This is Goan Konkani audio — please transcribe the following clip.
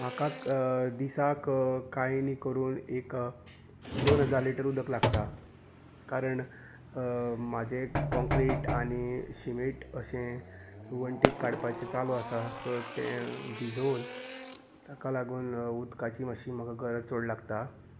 म्हाका दिसाक कायांय न्ही करून एक दोन हजार लिटर उदक लागता कारण म्हाजें काँंक्रीट आनी शिमेट अशें वणटीक काडपाचे चालू आसा सो तें भिजोन ताका लागून उदकाची मातशी म्हाका गरज चड लागता